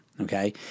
Okay